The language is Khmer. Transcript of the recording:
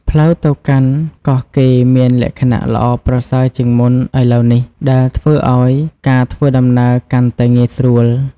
ផ្លូវទៅកាន់កោះកេរមានលក្ខណៈល្អប្រសើរជាងមុនឥឡូវនេះ ដែលធ្វើឲ្យការធ្វើដំណើរកាន់តែងាយស្រួល។